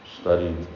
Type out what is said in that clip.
studied